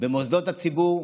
במוסדות הציבור.